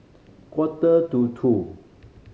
quarter to two